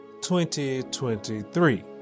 2023